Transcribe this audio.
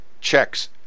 checks